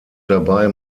dabei